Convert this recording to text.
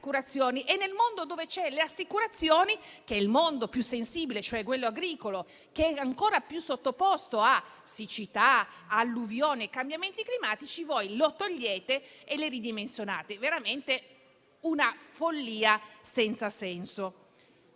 condizioni di fare le assicurazioni. E nel mondo più sensibile, quello agricolo, che è ancora più sottoposto a siccità, alluvioni e cambiamenti climatici, voi le togliete e le ridimensionate: veramente una follia senza senso.